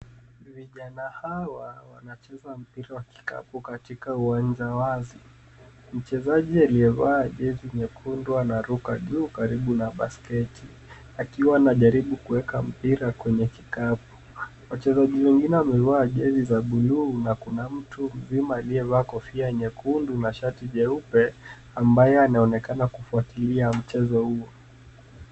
Vijana hawa wanacheza mpira wa kikapu katika uwanja wazi. Mchezaji aliyevaa jezi nyekundu, anaruka juu karibu na basketi, akiwa anajaribu kuweka mpira kwenye kikapu. Wachezaji wengine wamevaa jezi za bluu na kuna mtu mzima aliyevaa kofia nyekundu na shati nyeupe, ambaye anaonekana kufuatilia mchezo huu.